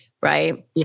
Right